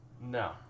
No